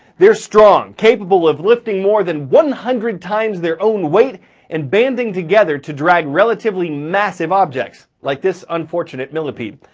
they're strong, capable of lifting more than one hundred times their own weight and banding together to drag relatively massive objects, like this unfortunate millipede.